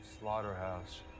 slaughterhouse